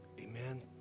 Amen